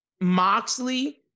Moxley